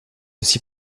aussi